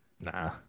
Nah